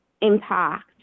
impact